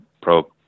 pro